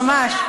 ממש.